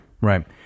Right